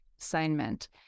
assignment